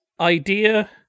idea